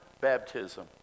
baptism